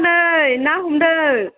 नै ना हमदों